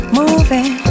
moving